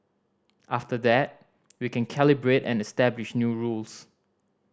after that we can calibrate and establish new rules